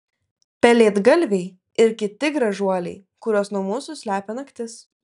pelėdgalviai ir kiti gražuoliai kuriuos nuo mūsų slepia naktis